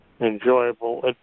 enjoyable